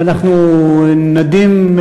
ואנחנו נדים,